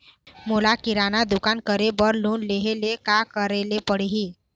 मोला किराना दुकान करे बर लोन लेहेले का करेले पड़ही?